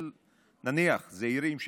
נניח זעירים,